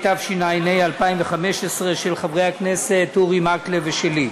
התשע"ה 2015, של חבר הכנסת אורי מקלב ושלי.